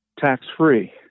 tax-free